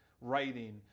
writing